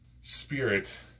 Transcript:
spirit